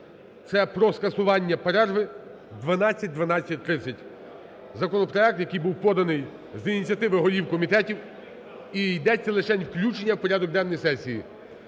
це про скасування перерви в 12.00-12.30. Законопроект, який був поданий з ініціативи голів комітетів, і йдеться лишень включення в порядок денний сесії.